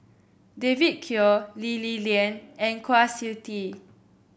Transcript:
David Kwo Lee Li Lian and Kwa Siew Tee